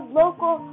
local